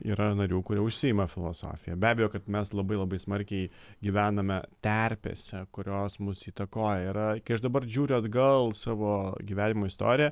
yra narių kurie užsiima filosofija be abejo kad mes labai labai smarkiai gyvename terpėse kurios mus įtakoja yra kai aš dabar žiūriu atgal savo gyvenimo istoriją